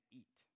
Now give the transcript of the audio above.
eat